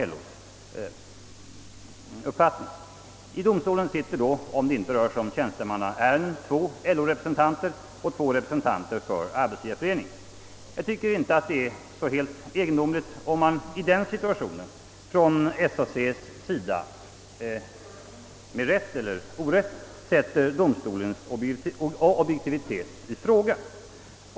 I arbetsdomstolen sitter då, om det inte rör sig om tjänstemannaärenden, två LO-representanter och två representanter för arbetsgivareföreningen. Jag tycker inte att det är så egendomligt, om SAC i den situationen — med rätt eller orätt — sätter domstolens objektivitet i fråga.